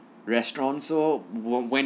restaurants so when